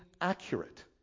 accurate